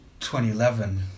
2011